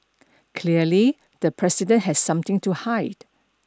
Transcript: clearly the president has something to hide